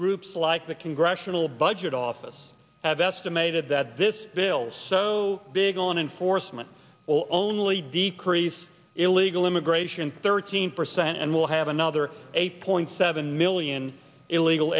groups like the congressional budget office have estimated that this bill's so big on enforcement will only decrease illegal immigration thirteen percent and we'll have another eight point seven million illegal